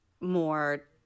more